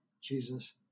Jesus